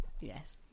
yes